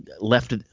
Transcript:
left –